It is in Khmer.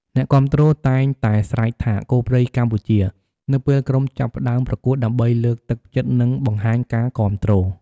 អ្នកគាំទ្រតែងតែស្រែកថា "គោព្រៃកម្ពុជា!" នៅពេលក្រុមចាប់ផ្តើមប្រកួត ដើម្បីលើកទឹកចិត្ត និងបង្ហាញការគាំទ្រ។